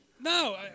No